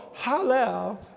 Hallel